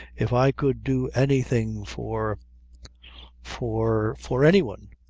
if i could do anything for for for any one,